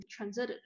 transited